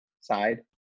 side